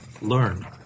learn